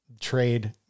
trade